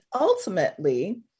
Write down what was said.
ultimately-